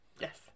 yes